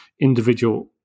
individual